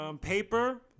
paper